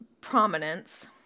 prominence